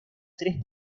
tres